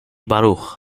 baruch